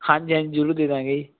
ਹਾਂਜੀ ਹਾਂਜੀ ਜ਼ਰੂਰ ਦੇ ਦੇਵਾਂਗੇ ਜੀ